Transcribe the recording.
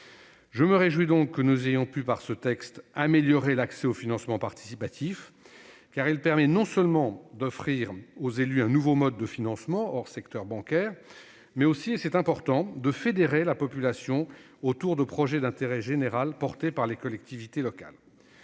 Je me réjouis donc que nous ayons pu, par ce texte, améliorer l'accès au financement participatif. Celui-ci permet non seulement d'offrir aux élus un nouveau mode de financement, hors secteur bancaire, mais aussi, et c'est important, de fédérer la population autour de projets d'intérêt général portés par les collectivités locales.